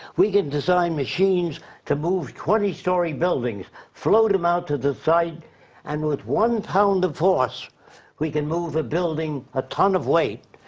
we can design machines to move twenty story buildings flow them out to the site and with one pound of force we can move a building, a ton of weight.